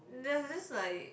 there's this like